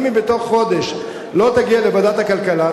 אם בתוך חודש היא לא תגיע לוועדת הכלכלה,